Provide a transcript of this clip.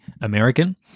American